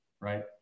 Right